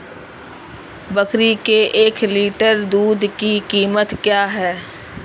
बकरी के एक लीटर दूध की कीमत क्या है?